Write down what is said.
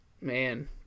Man